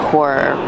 Horror